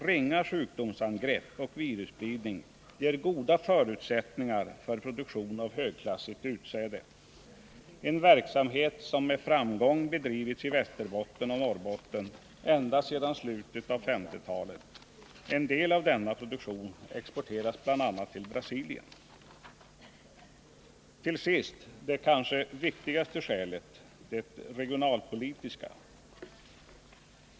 Ringa sjukdomsangrepp och virusspridning ger goda förutsättningar för produktion av högklassigt utsäde. Det är en verksamhet som med framgång bedrivits i Västerbotten och Norrbotten ända sedan slutet av 1950-talet. En del av denna produktion exporteras bl.a. till Brasilien. Till sist det kanske viktigaste skälet — det regionalpolitiska.